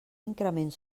increment